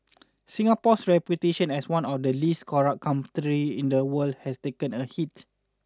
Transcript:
Singapore's reputation as one of the least corrupt countries in the world has taken a hit